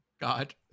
God